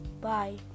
Bye